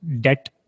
debt